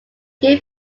gave